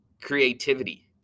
creativity